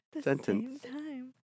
sentence